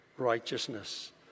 righteousness